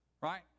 Right